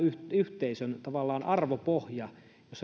yhteisön tavallaan arvopohja